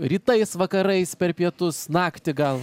rytais vakarais per pietus naktį gal